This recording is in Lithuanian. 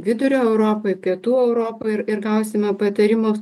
vidurio europoj pietų europoj ir gausime patarimus